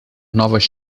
novas